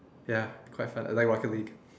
ya quite fun like rocket league